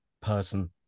person